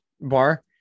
bar